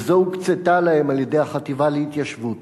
וזו הוקצתה להם על-ידי החטיבה להתיישבות.